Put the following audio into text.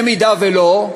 אם לא,